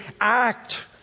act